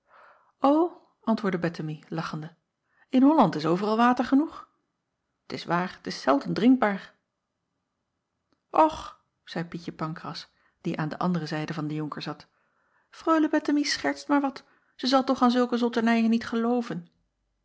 antwoordde ettemie lachende in olland is overal water genoeg t is waar t is zelden drinkbaar ch zeî ietje ancras die aan de andere zijde van den onker zat reule ettemie schertst maar wat zij zal toch aan zulke zotternijen niet gelooven